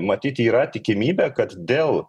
matyt yra tikimybė kad dėl